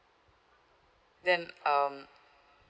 then um